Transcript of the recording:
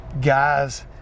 guys